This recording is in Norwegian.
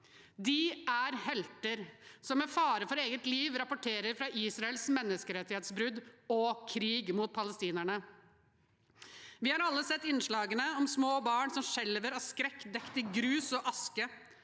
De er helter som med fare for eget liv rapporterer fra Israels menneskerettighetsbrudd og krig mot palestinerne. Vi har alle sett innslagene om små barn som skjelver av skrekk, dekket i grus og aske,